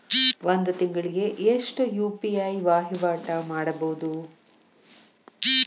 ಒಂದ್ ತಿಂಗಳಿಗೆ ಎಷ್ಟ ಯು.ಪಿ.ಐ ವಹಿವಾಟ ಮಾಡಬೋದು?